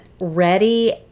ready